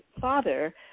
father